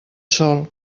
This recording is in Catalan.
sol